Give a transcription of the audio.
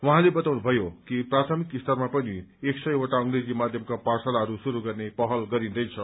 उहाँले बताउनुभयो कि प्राथमिक स्तरमा पनि एक सयवटा अंग्रेजी माध्यमका पाठशालाहरू शुरू गर्ने पहल गरिन्दैछ